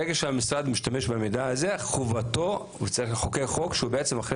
ברגע שהמשרד משתמש במידע הזה חובתו צריך לחוקק חוק שאחרי